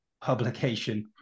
publication